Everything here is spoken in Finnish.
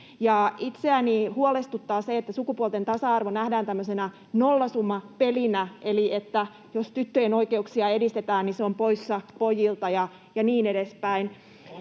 itseäni huolestuttaa se, että sukupuolten tasa-arvo nähdään tämmöisenä nollasummapelinä eli niin, että jos tyttöjen oikeuksia edistetään, niin se on poissa pojilta, ja niin edespäin.